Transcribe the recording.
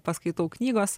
paskaitau knygos